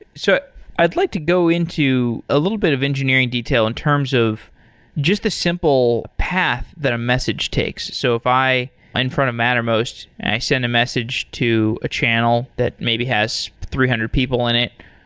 so i'd like to go into a little bit of engineering detail in terms of just the simple path that a message takes. so if i'm in front of mattermost and i sent a message to a channel that maybe has three hundred people in it,